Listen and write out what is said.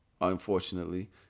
unfortunately